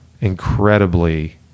incredibly